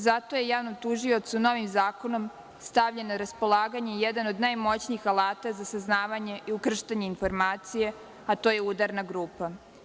Zato je javnom tužiocu novim zakonom stavljen na raspolaganje jedan od najmoćnijih alata za saznavanje i ukrštanje informacija, a to je udarna grupa.